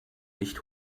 nicht